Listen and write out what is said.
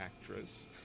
actress